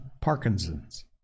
Parkinson's